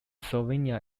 slovenia